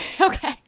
Okay